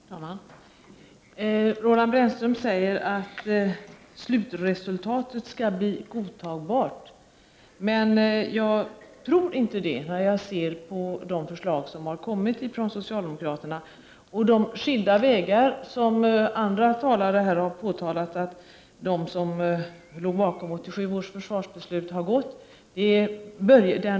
Fru talman! Roland Brännström säger att slutresultatet skall bli godtagbart, men jag tror inte det när jag ser på de förslag som har kommit från socialdemokraterna och de skilda vägar som andra talare här har påvisat att de som låg bakom 1987 års försvarsbeslut har gått.